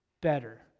better